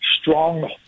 strong